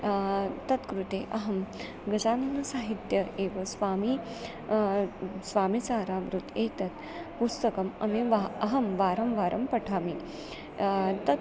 तत्कृते अहं गजाननसाहित्य एव स्वामी स्वामिसारावृत् एतत् पुस्तकमपि वह अहं वारं वारं पठामि तत्